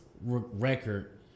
record